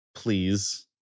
Please